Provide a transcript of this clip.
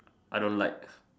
I don't like